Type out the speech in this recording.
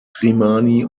grimani